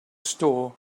store